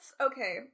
okay